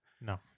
No